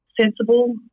sensible